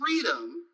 freedom